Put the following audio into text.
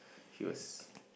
he was